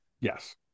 Yes